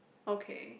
okay